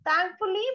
thankfully